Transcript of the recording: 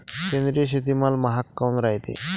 सेंद्रिय शेतीमाल महाग काऊन रायते?